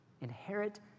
Inherit